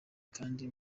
kandi